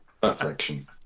Perfection